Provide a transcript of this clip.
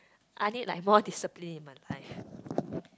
I need like more discipline in my life